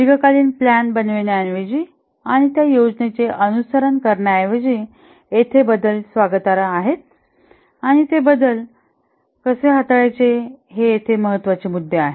दीर्घकालीन प्लॅन बनविण्याऐवजी आणि त्या योजनेचे अनुसरण करण्याऐवजी येथे बदल स्वागतार्ह आहेत आणि ते बदल कसे हाताळायचे हे येथे महत्त्वाचे मुद्दे आहेत